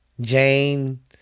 Jane